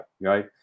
right